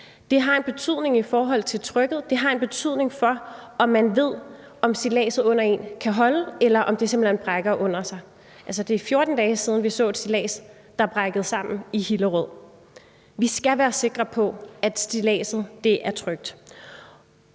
Det har en betydning i forhold til trykket. Det har en betydning for, om man ved, om stilladset under en kan holde, eller om det simpelt hen brækker under en. Det er 14 dage siden, vi så et stillads i Hillerød, der brækkede sammen. Vi skal være sikre på, at stilladset er trygt.